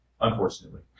unfortunately